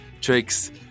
tricks